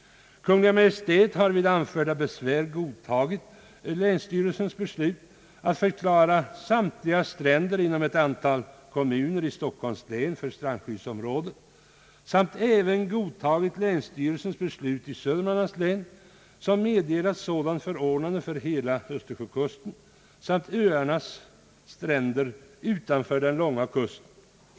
Vid anförda besvär har Kungl. Maj:t godtagit beslut av länsstyrelsen att förklara samtliga stränder inom ett antal kommuner i Stockholms län för strandskyddsområde och även godtagit beslut av länsstyrelsen i Södermanlands län om sådant förordnande för hela Östersjökusten samt öarnas stränder utanför kusten.